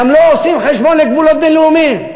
וגם לא עושות חשבון לגבולות בין-לאומיים.